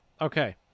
Okay